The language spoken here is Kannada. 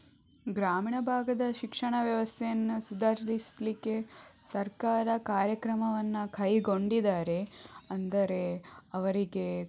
ಗ್ರಾಮೀಣ ಭಾಗದ ಶಿಕ್ಷಣ ವ್ಯವಸ್ಥೆಯನ್ನು ಸುಧಾರಿಸಲಿಕ್ಕೆ ಸರ್ಕಾರ ಕಾರ್ಯಕ್ರಮವನ್ನು ಕೈಗೊಂಡಿದ್ದಾರೆ ಅಂದರೆ ಅವರಿಗೆ